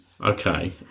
Okay